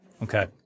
Okay